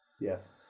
yes